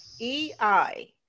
EI